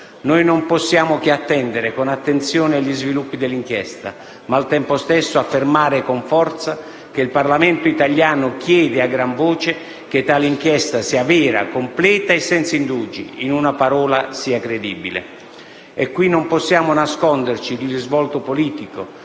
Non possiamo che attendere con attenzione gli sviluppi dell'inchiesta e, al tempo stesso, affermare con forza che il Parlamento italiano chiede a gran voce che tale inchiesta sia vera, completa e senza indugi: in una parola, che sia credibile. Qui non possiamo nasconderci il risvolto politico,